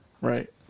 Right